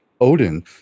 Odin